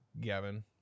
gavin